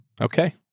Okay